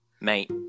mate